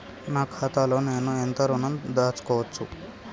నా ఖాతాలో నేను ఎంత ఋణం దాచుకోవచ్చు?